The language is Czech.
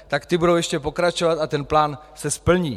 Tak ty budou ještě pokračovat a ten plán se splní.